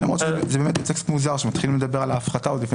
זה באמת טקסט מוזר שמתחילים לדבר על ההפחתה עוד לפני